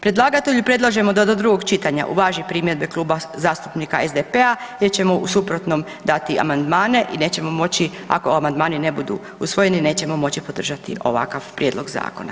Predlagatelju predlažemo da do drugog čitanja uvaži primjedbe Kluba zastupnika SDP-a jer ćemo u suprotnom dati amandmane i nećemo moći ako amandmani ne budu usvojeni nećemo moći podržati ovakav prijedlog zakona.